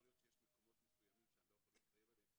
יכול להיות שיש מקומות מסוימים שאני לא יכול להתחייב עליהם,